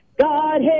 God